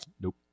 nope